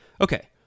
okay